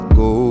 go